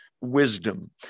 wisdom